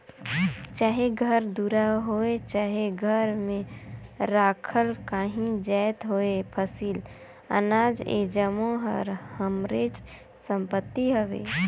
चाहे घर दुरा होए चहे घर में राखल काहीं जाएत होए फसिल, अनाज ए जम्मो हर हमरेच संपत्ति हवे